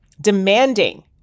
demanding